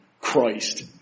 Christ